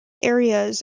areas